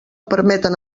permeten